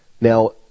Now